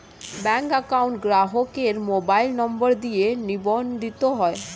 bank account গ্রাহকের mobile নম্বর দিয়ে নিবন্ধিত হয়